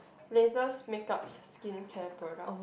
latest makeup skincare product